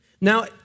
Now